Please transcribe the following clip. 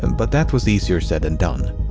and but that was easier said than done.